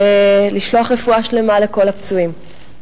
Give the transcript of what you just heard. ולשלוח רפואה שלמה לכל הפצועים.